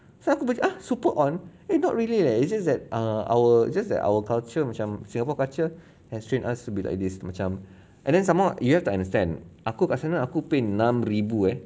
so aku macam !huh! super on eh not really leh it's just that uh our just that our culture macam singapore culture has trained us to be like this macam and then some more you have to understand aku kat sana aku pay enam ribu eh